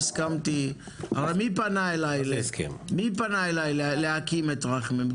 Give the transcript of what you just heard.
הרי מי פנה אליי להקים את רכמה?